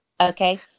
Okay